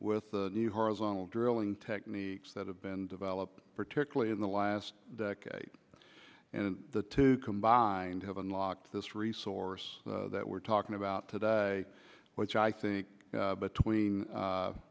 with the horizontal drilling techniques that have been developed particularly in the last decade and the two combined have unlocked this resource that we're talking about today which i think between